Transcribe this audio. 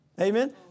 Amen